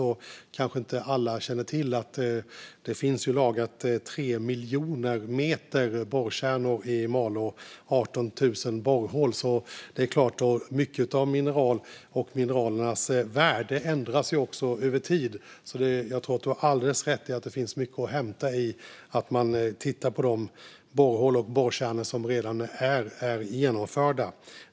Alla kanske inte känner till att det finns 3 miljoner meter borrkärnor från 18 000 borrhål lagrade i Malå. Mycket av mineralens värde ändras också över tid, så jag tror att du har alldeles rätt i att det finns mycket att hämta i att titta på de borrhål och borrkärnor som redan är gjorda.